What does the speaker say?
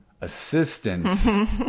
assistant